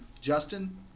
Justin